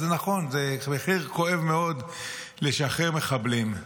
אז נכון, זה מחיר כואב מאוד לשחרר מחבלים.